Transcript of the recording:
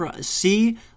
see